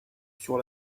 sur